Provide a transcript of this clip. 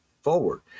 forward